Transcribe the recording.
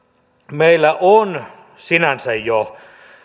meillä on sinänsä jo